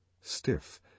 Stiff